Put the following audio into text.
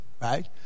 Right